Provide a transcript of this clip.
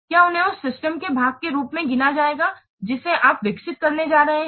क्या उन्हें उस सिस्टम के भाग के रूप में गिना जाएगा जिसे आप विकसित करने जा रहे हैं